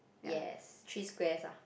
yes three squares ah